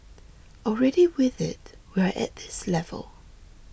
already with it we are at this level